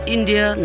India